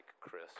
Chris